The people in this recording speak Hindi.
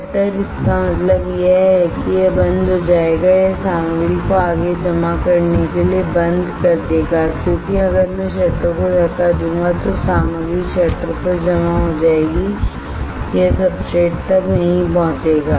शटर इसका मतलब यह है कि यह बंद हो जाएगा यह सामग्री को आगे जमा करने के लिए बंद कर देगा क्योंकि अगर मैं शटर को धक्का दूंगा तो सामग्री शटर पर जमा हो जाएगी यह सब्सट्रेट तक नहीं पहुंचेगा